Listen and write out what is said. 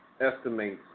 estimates